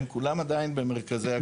הם כולם עדיין במרכזי הקליטה.